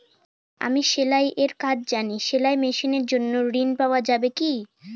আমি সেলাই এর কাজ জানি সেলাই মেশিনের জন্য ঋণ পাওয়া যাবে কি?